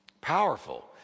powerful